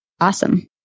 Awesome